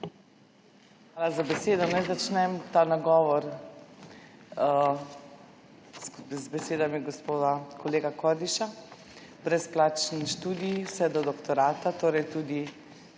Hvala za besedo. Naj začnem ta nagovor z besedami gospoda kolega Kordiša, brezplačen študij vse do doktorata, torej sem